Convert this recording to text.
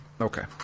Okay